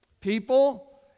people